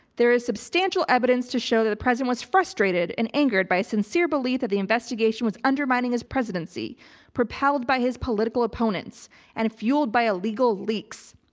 there is substantial evidence to show that the president was frustrated and angered by sincere belief that investigation was undermining his presidency propelled by his political opponents and fueled by illegal leaks.